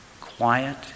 Quiet